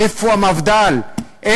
איפה המפד"ל?